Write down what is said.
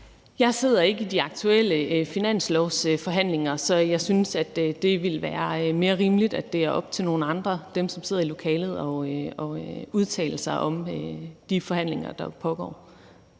Jeg sidder ikke i de aktuelle finanslovsforhandlinger, så jeg synes, det ville være mere rimeligt, at det er op til nogle andre, nemlig dem, der sidder i lokalet, at udtale sig om de forhandlinger, der pågår.